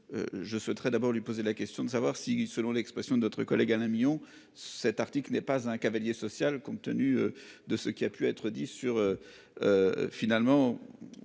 Je souhaiterais d'abord lui poser la question de savoir si, selon l'expression de notre collègue Alain Mion cet article n'est pas un cavalier social compte tenu de ce qui a pu être dit sur. Finalement.